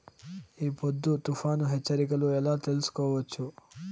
ఈ పొద్దు తుఫాను హెచ్చరికలు ఎలా తెలుసుకోవచ్చు?